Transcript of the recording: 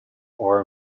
ore